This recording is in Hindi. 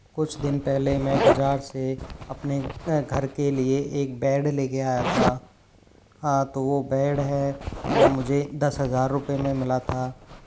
कुछ दिन पहले मैं बज़ार से अपने घर के लिए एक बैड लेके आया था हाँ तो वो बैड है वो मुझे दस हज़ार रुपये में मिला था